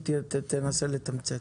בבקשה, תנסה לתמצת.